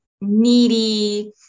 needy